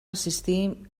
assistir